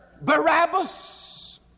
Barabbas